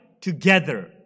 Together